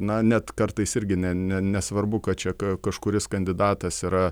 na net kartais irgi ne ne nesvarbu kad čia kažkuris kandidatas yra